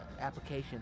application